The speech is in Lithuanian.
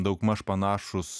daugmaž panašūs